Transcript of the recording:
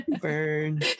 burn